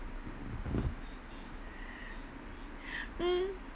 mm